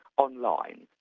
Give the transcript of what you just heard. online,